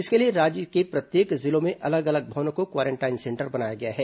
इसके लिए राज्य के प्रत्येक जिलों में अलग अलग भवनों को क्वारेंटाइन सेंटर बनाया गया है